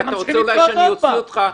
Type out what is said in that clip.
ואתה רוצה אולי שאני אוציא אותך,